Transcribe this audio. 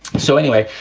so anyway,